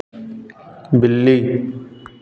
बिल्ली